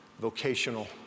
vocational